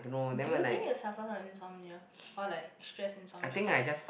do you think you suffer from insomnia or like stress insomnia cause